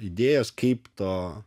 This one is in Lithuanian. idėjos kaip to